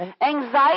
Anxiety